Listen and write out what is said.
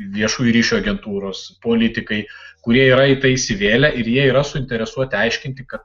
viešųjų ryšių agentūros politikai kurie yra į tai įsivėlę ir jie yra suinteresuoti aiškinti kad